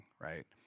right